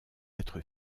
être